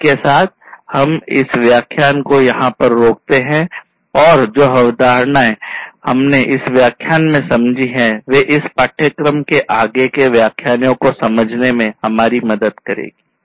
इसी के साथ में हम इस व्याख्यान को यहाँ पर रोकते हैं और जो अवधारणाएँ हमने इस व्याख्यान में समझी है वे इस पाठ्यक्रम के आगे के व्याख्यानो को समझने में हमारी मदद करेगी